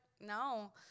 no